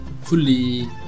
fully